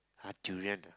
!huh! durian